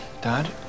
Dad